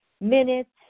minutes